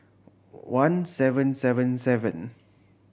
one seven seven seven